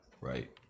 Right